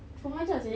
kurang ajar seh